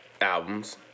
albums